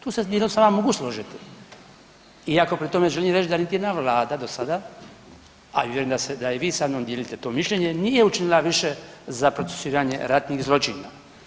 Tu se dijelom s vama mogu složiti iako pri tome želim reći da niti jedna vlada do sada, a vjerujem da i vi sa mnom dijelite to mišljenje nije učinila više za procesuiranje ratnih zločina.